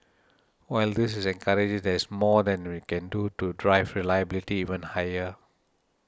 while this is encouraging there's more that we can do to drive reliability even higher